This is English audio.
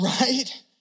Right